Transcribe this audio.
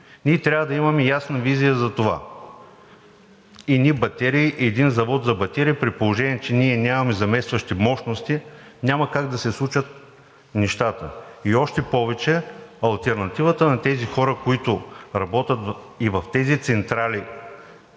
Трябва да имаме ясна визия за това. Едни батерии, един завод за батерии, при положение че нямаме заместващи мощности, няма как да се случат нещата. И още повече алтернативата на тези хора, които работят и в тези централи,